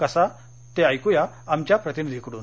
कसा तो ऐक्या आमच्या प्रतिनिधीकडून